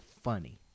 funny